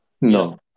No